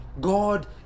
God